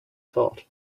thought